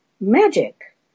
Magic